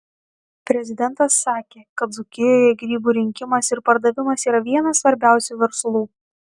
prezidentas sakė kad dzūkijoje grybų rinkimas ir pardavimas yra vienas svarbiausių verslų